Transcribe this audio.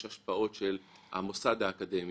יש השפעות של המוסד האקדמי.